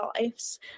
lives